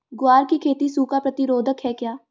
ग्वार की खेती सूखा प्रतीरोधक है क्या?